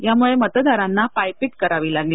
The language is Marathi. त्यामुळे मतदारांना पायपीट करावी लागली